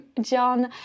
John